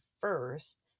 first